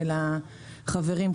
ולחברים,